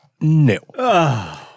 no